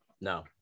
No